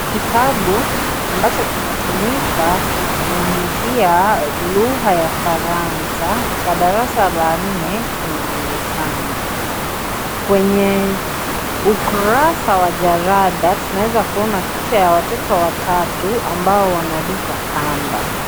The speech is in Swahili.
Kitabu ambacho kinatumika kufunzia lugha ya faransa cha farasa la nne kinaonekana. Kwenye ukurasa wa jalada tunaeza kuona picha ya watoto watatu ambao wanaruka kamba.